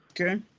Okay